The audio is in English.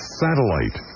satellite